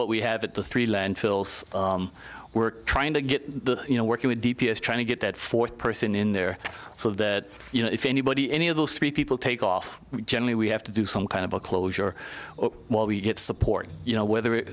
what we have at the three landfills we're trying to get you know working with d p s trying to get that fourth person in there so that you know if anybody any of those three people take off generally we have to do some kind of a closure while we get support you know whether